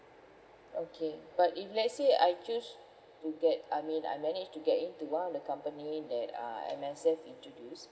okay but if let's say I choose to get I mean I managed to get into one of the company that uh M_S_F introduced